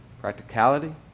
practicality